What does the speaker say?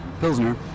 Pilsner